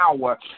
power